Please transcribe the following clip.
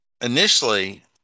initially